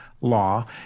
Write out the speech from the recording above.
law